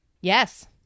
Yes